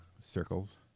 circles